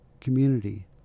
community